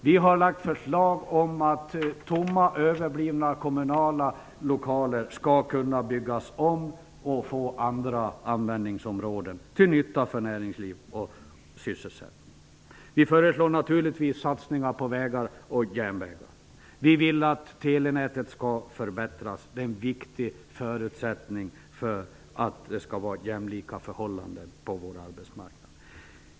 Vi har lagt fram förslag som handlar om att tomma överblivna kommunala lokaler skall kunna byggas om och få andra användningsområden -- till nytta för näringsliv och sysselsättning. Naturligtvis föreslår vi också satsningar på vägar och järnvägar. Vi vill att telenätet förbättras. Det är en viktig förutsättning för jämlika förhållanden på vår arbetsmarknad.